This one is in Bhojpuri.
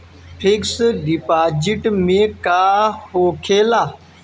फिक्स डिपाँजिट से का होखे ला?